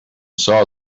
saw